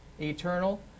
eternal